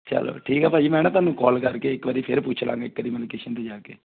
ਚਲੋ ਠੀਕ ਆ ਭਾਅ ਜੀ ਮੈਂ ਨਾ ਤੁਹਾਨੂੰ ਕਾਲ ਕਰਕੇ ਇੱਕ ਵਾਰੀ ਫਿਰ ਪੁੱਛ ਲਾਂਗੇ ਇੱਕ ਵਾਰੀ ਮੈਂ ਲੋਕੇਸ਼ਨ 'ਤੇ ਜਾ ਕੇ